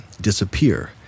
disappear